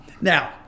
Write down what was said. Now –